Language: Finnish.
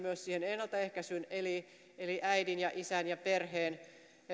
myöskin ennaltaehkäisyyn eli eli äidin isän ja perheen